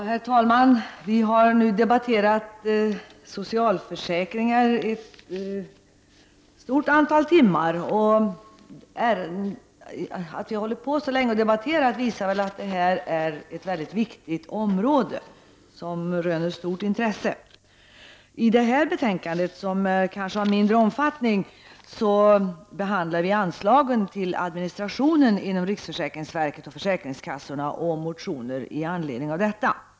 Herr talman! Vi har nu debatterat socialförsäkringar i ett stort antal timmar. Att vi har hållit på så länge visar att detta är ett mycket viktigt område som röner stort intresse. I detta betänkande, som kanske är av mindre omfattning, behandlar vi anslagen till administrationen inom riksförsäkringsverket och försäkringskassorna och motioner i anledning av detta.